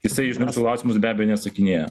jisai klausimus be abejo neatsakinėja